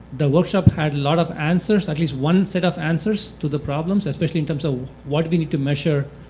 the workshop had a lot of answers, at least one set of answers to the problems, especially in terms of what we need to measure,